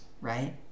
right